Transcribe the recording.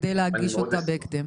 על מנת להגיש אותה בהקדם.